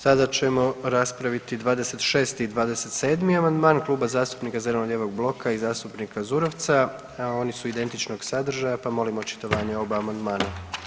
Sada ćemo raspraviti 26. i 27. amandman, Kluba zastupnika zeleno-lijevog bloka i zastupnika Zurovca, a oni su identičnog sadržaja pa molim očitovanje o oba amandmana.